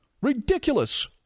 Ridiculous